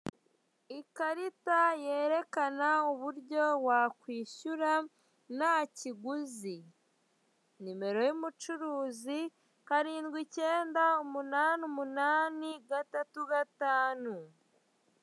Ikarita yerekana uburyo wakwishyura nta kiguzi, nimero y'umucuruzi, karindwi icyenda, umunani umunani, gatatu gatanu.